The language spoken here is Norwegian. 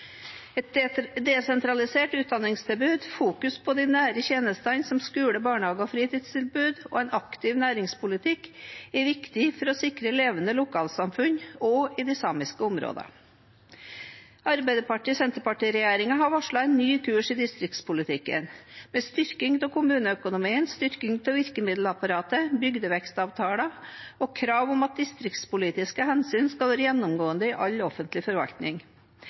Et desentralisert utdanningstilbud, fokus på de nære tjenestene, som skole, barnehage og fritidstilbud, og en aktiv næringspolitikk er viktig for å sikre levende lokalsamfunn også i de samiske områdene. Arbeiderparti–Senterparti-regjeringen har varslet en ny kurs i distriktspolitikken, med styrking av kommuneøkonomien, styrking av virkemiddelapparatet, bygdevekstavtaler og krav om at distriktspolitiske hensyn skal være gjennomgående i all offentlig forvaltning.